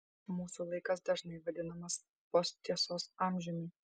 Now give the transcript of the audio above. mūsų laikas dažnai vadinamas posttiesos amžiumi